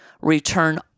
return